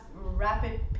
rapid